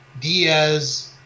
diaz